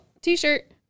t-shirt